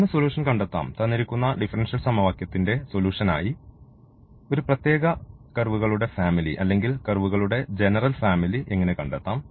എങ്ങനെ സൊല്യൂഷൻ കണ്ടെത്താം തന്നിരിക്കുന്ന ഡിഫറൻഷ്യൽ സമവാക്യത്തിന്റെ സൊല്യൂഷൻ ആയി ഒരു പ്രത്യേക കർവുകളുടെ ഫാമിലി അല്ലെങ്കിൽ കർവുകളുടെ ജനറൽ ഫാമിലി എങ്ങനെ കണ്ടെത്താം